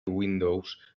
windows